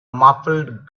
muffled